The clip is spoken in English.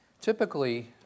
typically